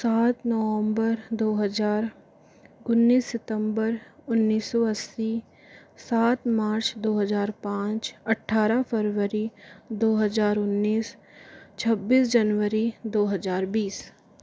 सात नोअम्बर दो हज़ार उन्नीस सितम्बर उन्नीस सौ अस्सी सात मार्च दो हज़ार पाँच अट्ठारह फरवरी दो हज़ार उन्नीस छब्बीस जनवरी दो हज़ार बीस